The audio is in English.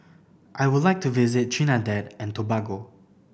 I would like to visit Trinidad and Tobago